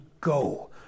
go